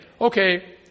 okay